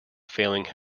failing